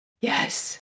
Yes